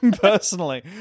personally